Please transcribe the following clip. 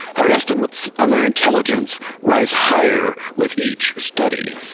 our estimates of their intelligence rise higher with each study.